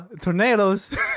tornadoes